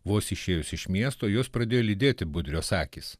vos išėjus iš miesto juos pradėjo lydėti budrios akys